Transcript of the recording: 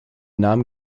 nahm